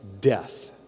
death